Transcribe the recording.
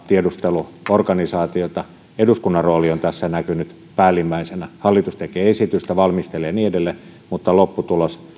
tiedusteluorganisaatiota on tässä näkynyt päällimmäisenä hallitus tekee esitystä valmistelee ja niin edelleen mutta lopputulokseen